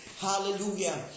Hallelujah